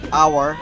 hour